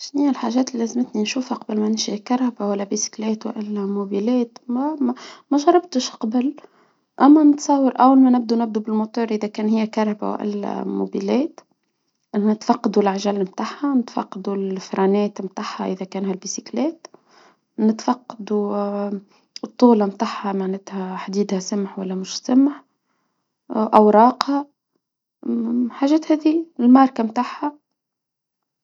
شنو هى الحاجات اللي لازمتني نشوفها قبل ما نشيك كهربا؟ ولا بسكليت؟ وإلا موبيلات؟ ما- ما شربتش من قبل؟ أما نتصور؟ أول ما نبدوا نبدوا بالموتور؟ إذا كان هي كهرباء الموبيلات إنها تفقدوا العجلة، متاعها، نتفقدوا الفرانات، متاعها، إذا كان هالبسكلات نتفقدوا الطولة، متاعها، معناتها حديدها سمح ولا مش سمح أوراقها؟ حاجات هادي، الماركة متاعها؟